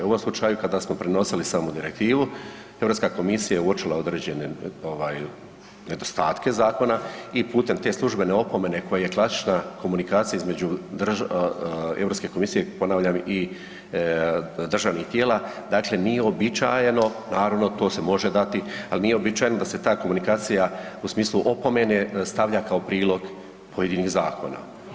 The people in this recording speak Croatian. U ovom slučaju kada smo prenosili samo direktivu Europska komisija je uočila određene ovaj nedostatke zakona i putem te službene opomene koje je klasična komunikacija između Europske komisije ponavljam i državnih tijela, dakle nije uobičajeno naravno to se može dati, ali ni uobičajeno da se ta komunikacija u smislu opomene stavlja kao prilog pojedinih zakona.